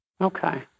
Okay